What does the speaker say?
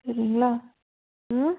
சரிங்ளா